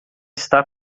está